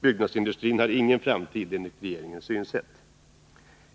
Byggnadsindustrin har ingen framtid enligt regeringens synsätt.